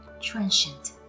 transient